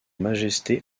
majesté